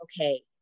okay